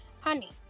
honey